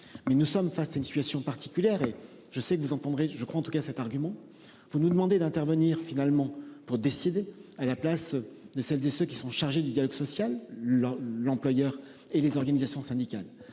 mais nous sommes face à une situation particulière et je sais que vous entendrez je crois en tout cas cet argument vous nous demandez d'intervenir finalement pour décider à la place de celles et ceux qui sont chargés du dialogue social la l'employeur et les organisations syndicales,